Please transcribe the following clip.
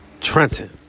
Trenton